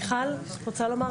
מיכל, רוצה לומר?